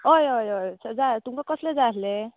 हय हय हय स जा तुमकां कसले जाय आसलें